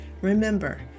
remember